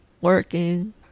Working